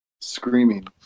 screaming